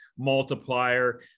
multiplier